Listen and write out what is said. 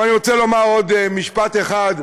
אבל, אני רוצה לומר עוד משפט אחד,